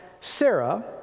Sarah